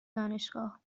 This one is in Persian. دانشگاه